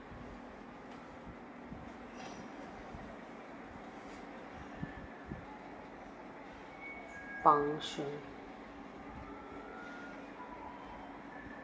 function